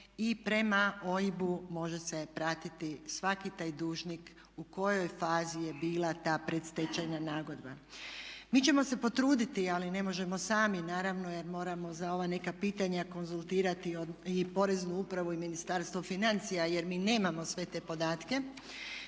i prema OIB-u može se pratiti svaki taj dužnik u kojoj fazi je bila ta predstečajna nagodba. Mi ćemo se potruditi, ali ne možemo sami, naravno jer moramo za ova neka pitanja konzultirati i Poreznu upravu i Ministarstvo financija jer mi nemamo sve te podatke,